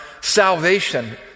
salvation